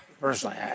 personally